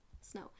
snow